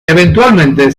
eventualmente